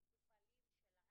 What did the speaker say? לפני יותר מחצי שנה.